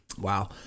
Wow